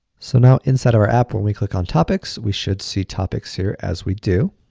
so now, inside our app when we click on topics we should see topics here as we do.